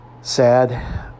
sad